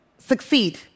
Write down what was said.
succeed